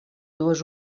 dues